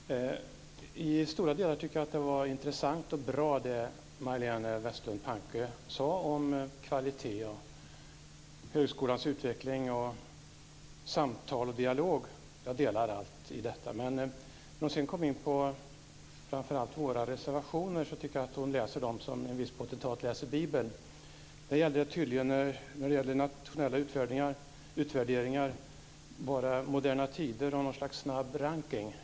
Herr talman! I stora delar tycker jag att det Majléne Westerlund Panke sade om kvalitet, högskolans utveckling, samtal och dialog var intressant och bra. Jag delar uppfattningen om allt detta. När hon sedan kom in på framför allt våra reservationer tycker jag att hon läser dem som en viss potentat läser Bibeln. I fråga om nationella utvärderingar gällde tydligen bara Moderna Tider och något slags snabb rankning.